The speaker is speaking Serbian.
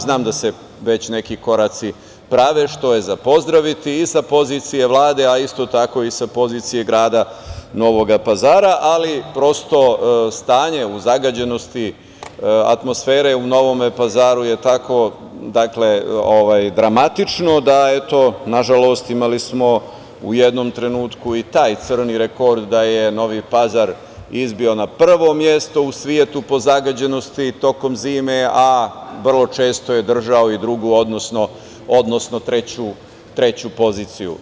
Znam da se već neki koraci prave, što je za pozdraviti i sa pozicije Vlade, ali isto tako i sa pozicije grada Novog Pazara, ali prosto stanje u zagađenosti atmosfere u Novom Pazaru je tako dramatično, da je eto, nažalost, imali smo u jednom trenutku taj crni rekord da je Novi Pazar izbio na prvo mesto u svetu po zagađenosti tokom zime, isto je držao i drugu odnosno, treću poziciju.